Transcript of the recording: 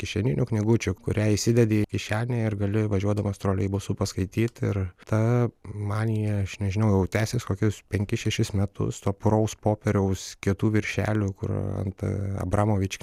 kišeninių knygučių kurią įsidedi į kišenę ir gali važiuodamas troleibusu paskaityti ir ta manija aš nežinau jau tęsias kokius penkis šešis metus to puraus popieriaus kietų viršelių kur ant abramovič